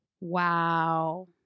Wow